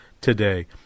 today